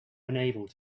unable